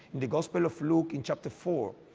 the gospel of luke in chapter four,